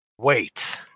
Wait